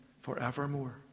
forevermore